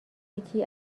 یکی